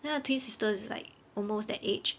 then 他的 twin sister is like almost that age